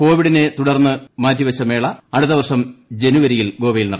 കോവിഡിനെ തുടർന്ന് മാറ്റിവച്ച മേള അടുത്ത വർഷം ജനുവരിയിൽ ഗോവയിൽ നടക്കും